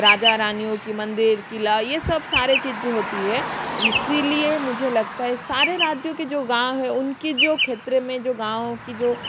राजा रानियों की मंदिर किला यह सब सारी चीज़ें होती है इसलिए मुझे लगता है सारे राज्यों के जो गाँव है उनकी जो क्षेत्र में जो गाँव की जो